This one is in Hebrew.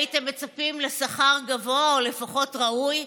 הייתם מצפים לשכר גבוה או לפחות ראוי.